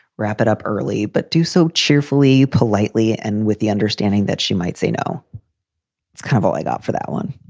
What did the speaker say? wrap it up early, but do so cheerfully, politely and with the understanding that she might say no it's kind of all i got for that one.